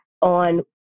on